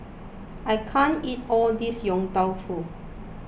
I can't eat all this Yong Tau Foo